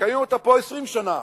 מקיימים אותה פה 20 שנה,